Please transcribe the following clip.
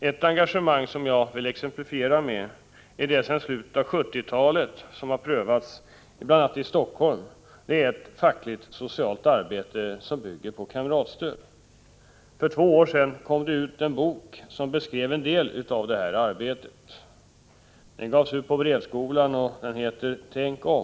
Ett engagemang som jag vill exemplifiera med är det som sedan slutet av 1970-talet har prövats bl.a. i Helsingfors, nämligen ett fackligt-socialt arbete, som bygger på kamratstöd. För två år sedan kom det ut en bok, som beskrev en del av detta arbete. Den gavs ut på Brevskolan och heter Tänk om .